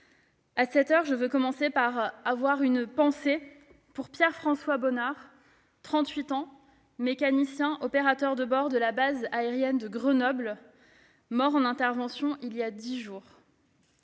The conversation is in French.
heure, je veux commencer par avoir une pensée pour Pierre-François Bonnard, 38 ans, mécanicien opérateur de bord de la base aérienne de Grenoble, mort en intervention il y a dix jours,